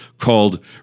called